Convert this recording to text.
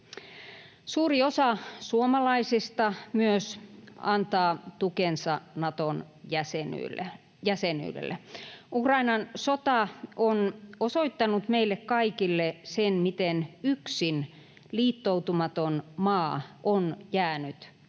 Suuri osa suomalaisista myös antaa tukensa Naton jäsenyydelle. Ukrainan sota on osoittanut meille kaikille sen, miten yksin liittoutumaton maa on jäänyt puolustamaan